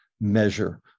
measure